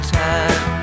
time